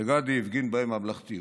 וגדי הפגין בהם ממלכתיות.